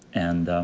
and